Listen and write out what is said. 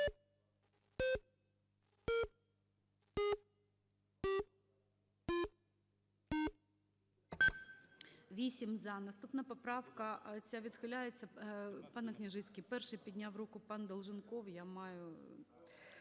За-8 Наступна поправка… Ця відхиляється. ПанеКняжицький, перший підняв руку пан Долженков, і я маю